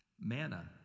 Manna